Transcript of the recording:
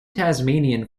tasmanian